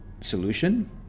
solution